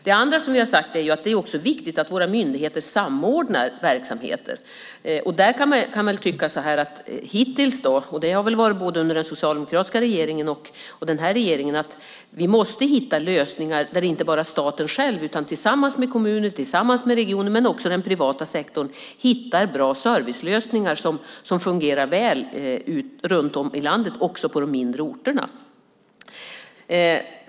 Det andra är att det också är viktigt att våra myndigheter samordnar sina verksamheter. Det har hittills gällt under både den socialdemokratiska regeringen och den här regeringen att vi måste hitta lösningar där inte bara staten själv utan också tillsammans med kommuner, regioner och den privata sektorn hittar bra servicelösningar som fungerar väl runt om i landet också på de mindre orterna.